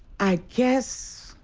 i guess.